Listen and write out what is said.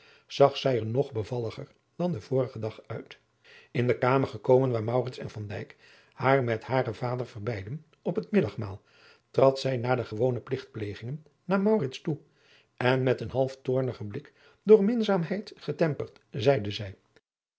zag zij er nog bevalliger dan den vorigen dag uit in de kamer gekomen waar maurits en van dijk haar met haren vader verbeidden op het middagmaal trad zij na de gewone pligtplegingen naar maurits toe en met een half toornigen blik door minzaamheid getemperd zeide zij